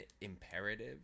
imperative